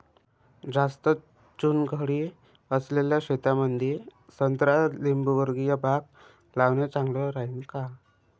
जास्त चुनखडी असलेल्या शेतामंदी संत्रा लिंबूवर्गीय बाग लावणे चांगलं राहिन का?